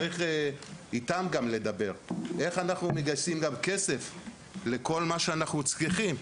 צריך לדבר איתם איך אנחנו מגייסים כסף לכל מה שאנחנו צריכים.